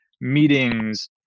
meetings